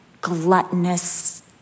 gluttonous